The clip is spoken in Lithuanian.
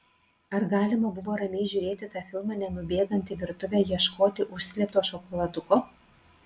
ar galima buvo ramiai žiūrėti tą filmą nenubėgant į virtuvę ieškoti užslėpto šokoladuko